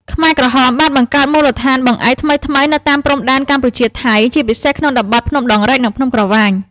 ខ្មែរក្រហមបានបង្កើតមូលដ្ឋានបង្អែកថ្មីៗនៅតាមបណ្ដោយព្រំដែនកម្ពុជា-ថៃ ជាពិសេសក្នុងតំបន់ភ្នំដងរែក និងភ្នំក្រវាញ។